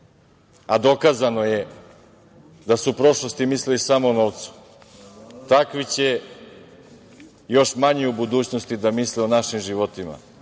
Dokazano je da su u prošlosti mislili samo o novcu. Takvi će još manje u budućnosti da misle o našim životima,